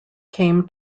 came